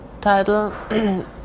title